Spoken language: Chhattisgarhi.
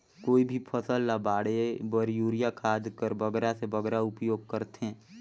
कोई भी फसल ल बाढ़े बर युरिया खाद कर बगरा से बगरा उपयोग कर थें?